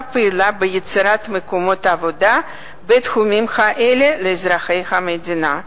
פעילה ביצירת מקומות עבודה בתחומים האלה לאזרחי המדינה.